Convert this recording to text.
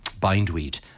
bindweed